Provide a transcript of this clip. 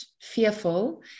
fearful